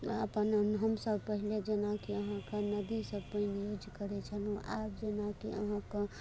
नहि अपन हमसब पहिने जेनाकि नदीसँ पानिके यूज करैत छलहुँ आब जेनाकि अहाँ अपन